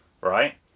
right